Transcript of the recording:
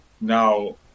now